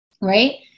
right